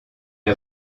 est